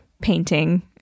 painting